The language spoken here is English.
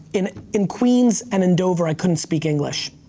in in queens and in dover, i couldn't speak english.